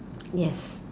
yes